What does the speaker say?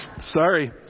Sorry